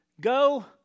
Go